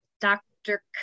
Dr